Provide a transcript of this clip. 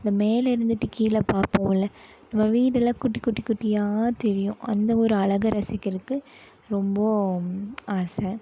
அந்த மேலே இருந்துட்டு கீழே பாப்போம்லே நம்ம வீடுலாம் குட்டி குட்டி குட்டியாக தெரியும் அந்த ஒரு அழகை ரசிக்கிறதுக்கு ரொம்ப ஆசை